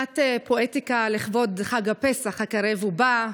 קצת פואטיקה לכבוד חג הפסח הקרב ובא,